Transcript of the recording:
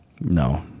No